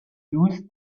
use